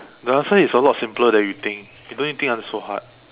the answer is a lot simpler than you think you don't need to think until so hard